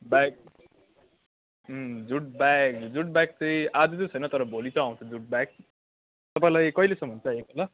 by jute bag jute bag चाहिँ आज चाहिँ छैन तर भोलि चाहिँ आउँछ जुट ब्याग तपाईँलाई कहिलेसम्म चाहिएको होला